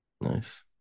Nice